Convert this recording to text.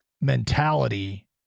mentality